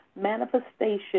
manifestation